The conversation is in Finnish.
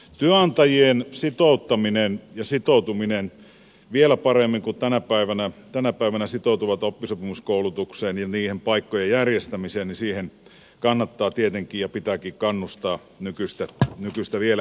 työnantajan sitouttamiseen ja sitoutumiseen vielä paremmin kuin ne tänä päivänä sitoutuvat oppisopimuskoulutukseen ja niiden paikkojen järjestämiseen kannattaa tietenkin ja pitääkin kannustaa nykyistä vieläkin enemmän